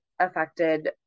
affected